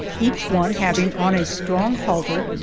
each one having on a strong halter,